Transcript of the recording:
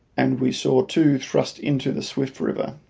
and we saw two thrust into the swift river.